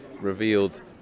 revealed